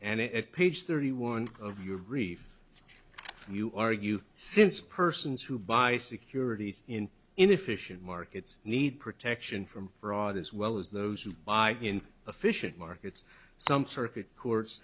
and it page thirty one of your brief you argue since persons who buy securities in inefficient markets need protection from for audit as well as those who buy in official markets some circuit cour